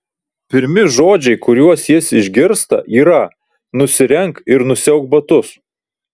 pirmi žodžiai kuriuos jis išgirsta yra nusirenk ir nusiauk batus